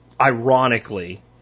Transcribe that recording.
ironically